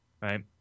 right